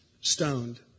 stoned